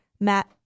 Matt